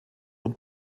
und